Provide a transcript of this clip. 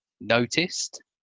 noticed